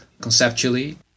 conceptually